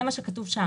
זה מה שכתוב שם: